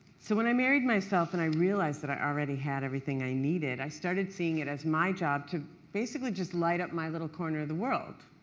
so when i married myself, and i realized that i already had everything i needed, i started seeing it as my job to basically just light up my little corner of the world.